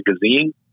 magazine